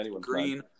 Green